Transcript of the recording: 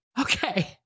Okay